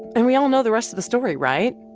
and we all know the rest of the story, right?